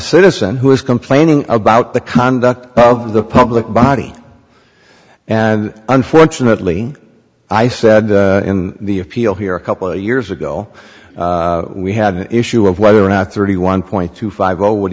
citizen who is complaining about the conduct of the public body and unfortunately i said in the appeal here a couple of years ago we had an issue of whether or not thirty one point two five zero would